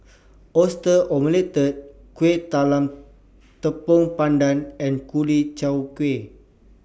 Oyster Omelette Kuih Talam Tepong Pandan and Ku Chai Kueh